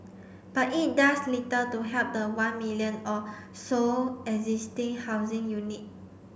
but it does little to help the one million or so existing housing unit